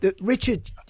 Richard